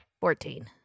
Fourteen